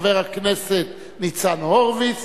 חבר הכנסת ניצן הורוביץ,